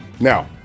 Now